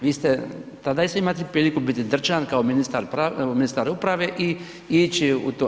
Vi ste, tada isto imali priliku biti drčan kao ministar uprave i ići u to.